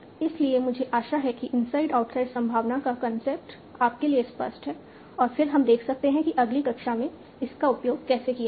इसलिए मुझे आशा है कि इनसाइड आउटसाइड संभावना का कंसेप्ट आपके लिए स्पष्ट है और फिर हम देख सकते हैं कि अगली कक्षा में इसका उपयोग कैसे किया जाए